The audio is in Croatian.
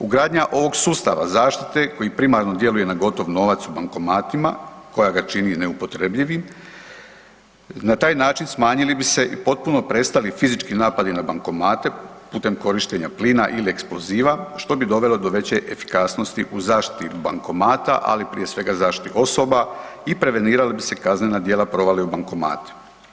Ugradnja ovog sustava zaštite koji primarno djeluje na gotov novac u bankomatima koja ga čini neupotrebljivim na taj način smanjili bi se i potpuno prestali fizički napadi na bankomate putem korištenja plina ili eksploziva što bi dovelo do veće efikasnosti u zaštiti bankomata, ali prije svega u zaštiti osoba i prevenirala bi se kaznena djela provale u bankomate.